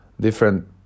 different